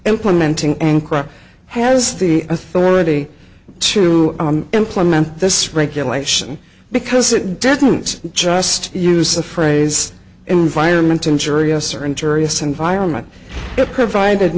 implementing ankara has the authority to implement this regulation because it didn't just use the phrase environment injurious or interests environment it provided